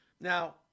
Now